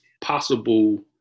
possible